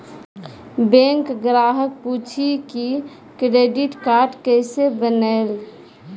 Bank ग्राहक पुछी की क्रेडिट कार्ड केसे बनेल?